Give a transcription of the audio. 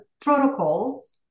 protocols